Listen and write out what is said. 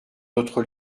notre